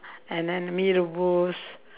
and then mee-rebus